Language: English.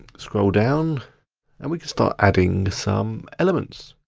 scroll down and we can start adding some elements.